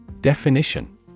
Definition